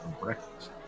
Breakfast